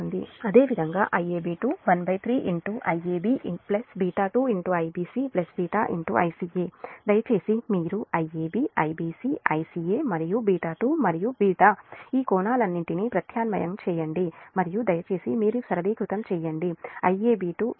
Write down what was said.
అదేవిధంగా Iab2 13 Iab β2 Ibc β Ica దయచేసి మీరు Iab Ibc Icaమరియు β2 మరియు β ఈ కోణాలన్నింటినీ ప్రత్యామ్నాయంగా చేయండి మరియు దయచేసి మీకు సరళీకృతం చేయండిIab2 8